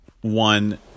one